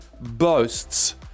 boasts